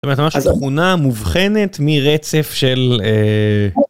זו תכונה מובחנת מרצף של...